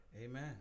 Amen